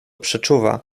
przeczuwa